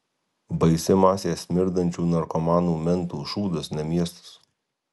baisi masė smirdančių narkomanų mentų šūdas ne miestas